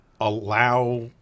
allow